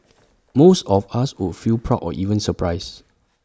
most of us would feel proud or even surprised